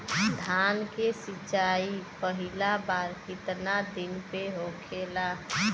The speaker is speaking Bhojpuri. धान के सिचाई पहिला बार कितना दिन पे होखेला?